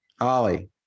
ollie